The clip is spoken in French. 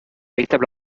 véritable